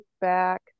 back